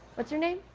what's your name?